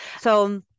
So-